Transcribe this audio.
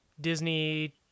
Disney